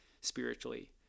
spiritually